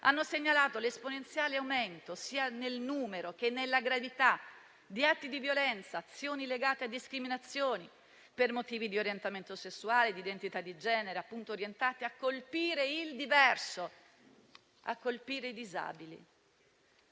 hanno segnalato l'esponenziale aumento, sia nel numero che nella gravità, di atti di violenza, azioni legate a discriminazioni, per motivi di orientamento sessuale e di identità di genere orientati a colpire il diverso, a colpire i disabili.